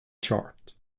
chart